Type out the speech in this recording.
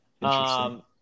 Interesting